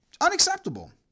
Unacceptable